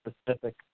specific